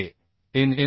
आहे एन